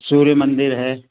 सूर्य मंदिर है